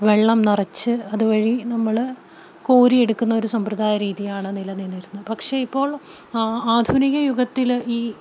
വെള്ളം നിറച്ച് അതുവഴി നമ്മള് കോരിയെടുക്കുന്ന ഒരു സമ്പ്രദായരീതിയാണ് നിലനിന്നിരുന്നത് പക്ഷെ ഇപ്പോൾ ആധുനിക യുഗത്തില് ഈ